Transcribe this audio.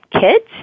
kids